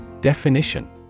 Definition